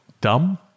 dumb